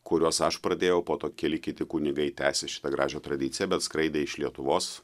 kuriuos aš pradėjau po to keli kiti kunigai tęsė šitą gražią tradiciją bet skraidė iš lietuvos